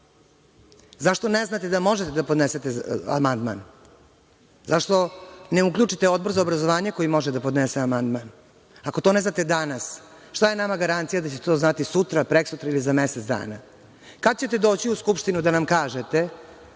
Zašto ne znate da možete da podnesete amandman? Zašto ne uključite Odbor za obrazovanje koji može da podnese amandman? Ako to ne znate danas, šta je nama garancija da ćete to znati sutra, prekosutra ili za mesec dana. Kada ćete doći u Skupštinu da nam kažete,